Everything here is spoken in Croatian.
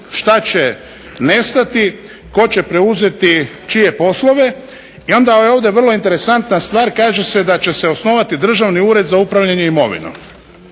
što će nestati, tko će preuzeti čije poslove. I onda je ovdje vrlo interesantna stvar kaže se da će se osnovati državni ured za upravljanje imovinom,